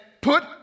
put